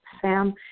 Sam